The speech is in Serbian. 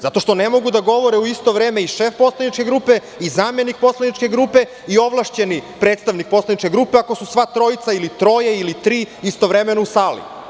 Ne mogu da govore u isto vreme i šef poslaničke grupe i zamenik poslaničke grupe i ovlašćeni predstavnik poslaničke grupe, ako su sva trojica ili troje ili tri istovremeno u sali.